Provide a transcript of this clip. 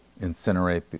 incinerate